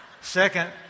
Second